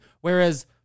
Whereas